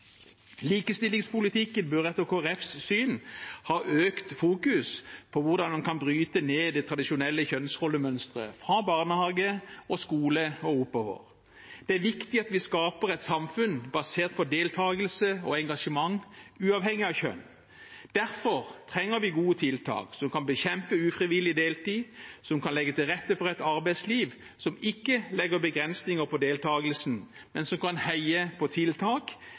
bør etter Kristelig Folkepartis syn ha økt fokus på hvordan en kan bryte ned det tradisjonelle kjønnsrollemønsteret fra barnehage og skole og oppover. Det er viktig at vi skaper et samfunn basert på deltakelse og engasjement, uavhengig av kjønn. Derfor trenger vi gode tiltak som kan bekjempe ufrivillig deltid, som kan legge til rette for et arbeidsliv som ikke legger begrensninger på deltakelsen, men som kan heie på tiltak